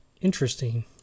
interesting